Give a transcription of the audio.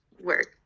work